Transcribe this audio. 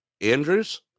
Andrews